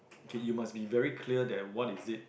K you must be very clear that what is it